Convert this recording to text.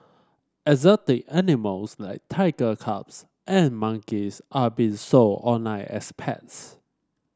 exotic animals like tiger cubs and monkeys are being sold online as pets